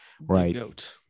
right